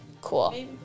cool